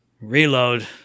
Reload